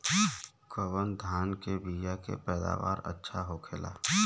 कवन धान के बीया के पैदावार अच्छा होखेला?